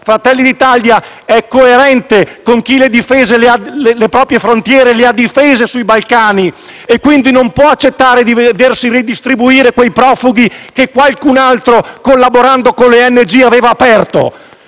Fratelli d'Italia è coerente con chi le proprie frontiere le ha difese sui Balcani, quindi non può accettare di vedersi redistribuire quei profughi che qualcun altro, collaborando con le ONG, aveva accolto.